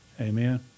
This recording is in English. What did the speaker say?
Amen